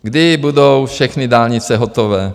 Kdy budou všechny dálnice hotové?